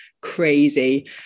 Crazy